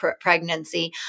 pregnancy